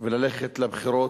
וללכת לבחירות.